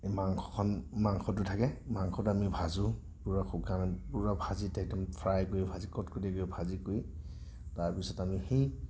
মাংসখন মাংসটো থাকে মাংসটো আমি ভাজোঁ পূৰা শুকান পূৰা ভাজি একদম ফ্ৰাই কৰি ভাজি কটকটীয়াকে ভাজি কৰি তাৰ পিছত আমি সেই